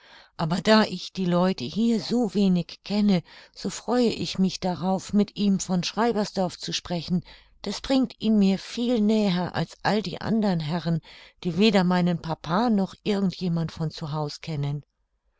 aber da ich die leute hier so wenig kenne so freue ich mich darauf mit ihm von schreibersdorf zu sprechen das bringt ihn mir viel näher als all die andern herren die weder meinen papa noch irgend jemand von zu haus kennen